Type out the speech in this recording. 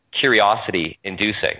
curiosity-inducing